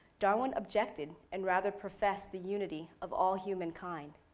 darwin objected and rather professed the unity of all humankind.